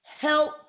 Help